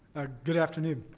good afternoon.